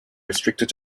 restricted